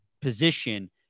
position